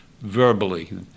verbally